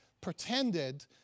pretended